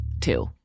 two